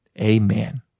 Amen